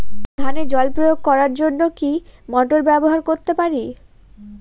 ধানে জল প্রয়োগ করার জন্য কি মোটর ব্যবহার করতে পারি?